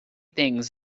things